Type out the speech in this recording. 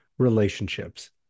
relationships